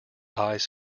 eyes